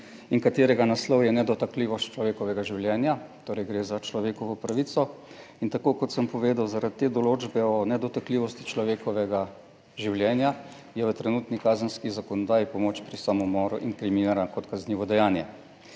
in katerega naslov je Nedotakljivost človekovega življenja. Torej gre za človekovo pravico in tako kot sem povedal, zaradi te določbe o nedotakljivosti človekovega življenja je v trenutni kazenski zakonodaji pomoč pri samomoru inkriminira kot kaznivo dejanje.